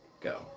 Go